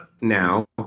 now